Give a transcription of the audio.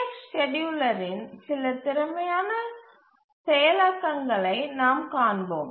F ஸ்கேட்யூலரின் சில திறமையான செயலாக்கங்களைக் நாம் காண்போம்